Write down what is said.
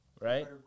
right